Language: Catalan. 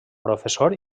professor